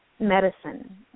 Medicine